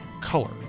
color